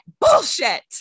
bullshit